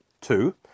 two